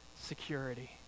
security